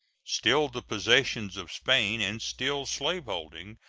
still the possessions of spain and still slaveholding,